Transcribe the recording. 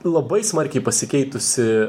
labai smarkiai pasikeitusi